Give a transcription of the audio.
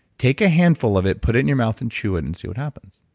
take a handful of it put it in your mouth and chew it and see what happens.